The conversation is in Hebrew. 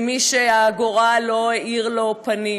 למי שהגורל לא האיר לו פנים.